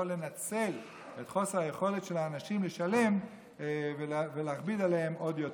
לא לנצל את חוסר היכולת של האנשים לשלם ולהכביד עליהם עוד יותר.